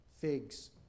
figs